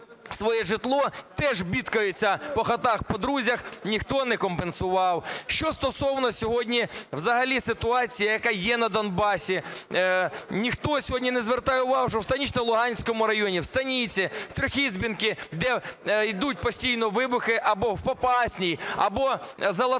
своє житло, теж бідкаються по хатах, по друзях, ніхто не компенсував. Що стосовно сьогодні взагалі ситуації, яка є на Донбасі. Ніхто сьогодні не звертає увагу, що в Станично-Луганському районі, в Станиці, в Трьохізбинці, де йдуть постійно вибухи, або в Попасній, або в Золотому,